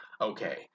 Okay